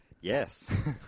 Yes